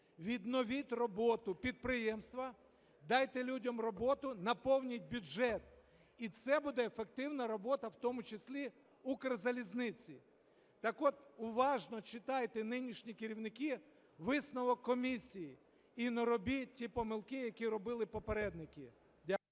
відновіть роботу підприємства, дайте людям роботу, наповніть бюджет. І це буде ефективна робота в тому числі Укрзалізниці. Так от, уважно читайте, нинішні керівники, висновок комісії і не робіть ті помилки, які робили попередники. Дякую.